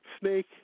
snake